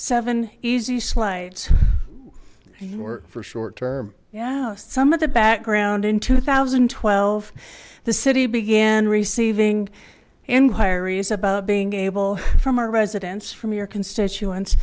seven easy slides for short term yeah some of the background in two thousand and twelve the city began receiving inquiries about being able from our residents from your constituents